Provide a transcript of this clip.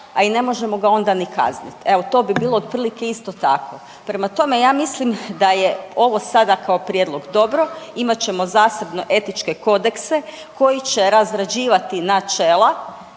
a i ne možemo ga onda ni kaznit. Evo to bi bilo otprilike isto tako. Prema tome, ja mislim da je ovo sada kao prijedlog dobro, imat ćemo zasebno etičke kodekse koji će razrađivati načela